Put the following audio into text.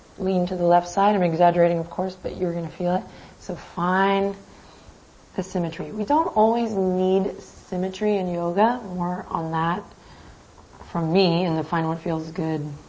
lean to the left side. i'm exaggerating, of course, but you're gonna feel it so find the symmetry. we don't always need symmetry in yoga. more on that from me in the find what feels good